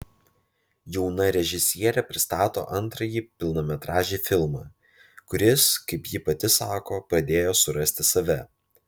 jauna režisierė pristato antrąjį pilnametražį filmą kuris kaip ji pati sako padėjo surasti save